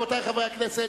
הצבעה שמית?